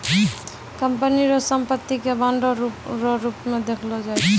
company रो संपत्ति के बांडो रो रूप मे देखलो जाय छै